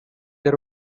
they